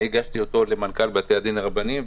והגשתי אותו למנכ"ל בתי הדין הרבניים,